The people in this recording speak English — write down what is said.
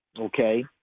okay